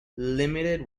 limited